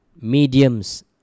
Mediums